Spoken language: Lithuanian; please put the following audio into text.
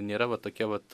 nėra va tokie vat